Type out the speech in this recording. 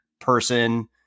person